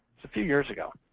a few years ago.